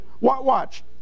Watch